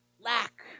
lack